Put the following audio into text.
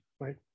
right